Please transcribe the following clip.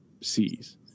sees